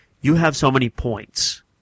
you-have-so-many-points